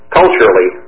culturally